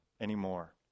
anymore